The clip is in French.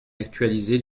actualisée